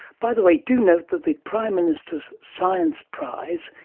by the way, do not that the prime minister's science prize,